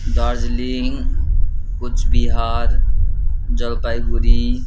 Darjeeling Coochbehar Jalpaiguri